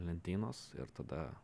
lentynos ir tada